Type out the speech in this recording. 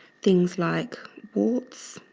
things like warts